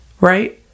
right